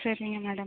சரிங்க மேடம்